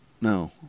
no